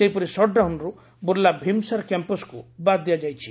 ସେହିପରି ସଟ୍ଡାଉନରୁ ବୁର୍ଲା ଭିମସାର କ୍ୟାମ୍ପସକୁ ବାଦ୍ ଦିଆଯାଇଛି